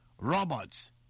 robots